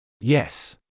yes